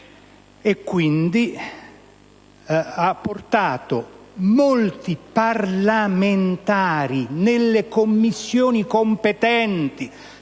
ciò ha portato molti parlamentari nelle Commissioni competenti,